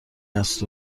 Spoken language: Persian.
است